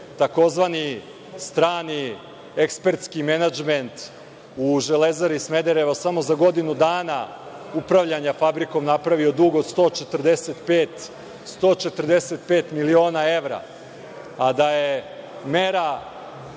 tzv. strani ekspertski menadžment u „Železari Smederevo“ samo za godinu dana upravljanja fabrikom napravio dug od 145 miliona evra, a da je mera